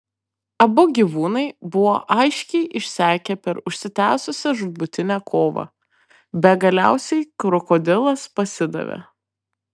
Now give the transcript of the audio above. abu gyvūnai buvo aiškiai išsekę per užsitęsusią žūtbūtinę kovą be galiausiai krokodilas pasidavė